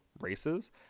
races